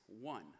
one